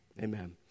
Amen